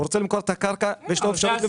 הוא רוצה למכור את הקרקע ויש לו אפשרות.